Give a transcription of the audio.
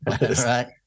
right